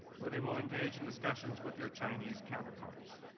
where they will engage in discussions with their chinese counterparts.